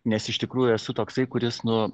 nes iš tikrųjų esu toksai kuris nu